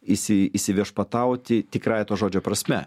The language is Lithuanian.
įsi įsiviešpatauti tikrąja to žodžio prasme